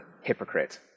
hypocrite